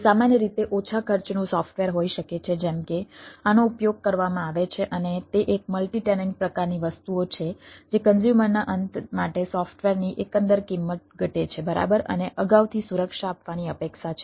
તે સામાન્ય રીતે ઓછા ખર્ચનું સોફ્ટવેર હોઈ શકે છે જેમ કે આનો ઉપયોગ કરવામાં આવે છે અને તે એક મલ્ટી ટેનન્ટ પ્રકારની વસ્તુઓ છે જે કન્ઝ્યુમરના અંત માટે સોફ્ટવેરની એકંદર કિંમત ઘટે છે બરાબર અને અગાઉથી સુરક્ષા આપવાની અપેક્ષા છે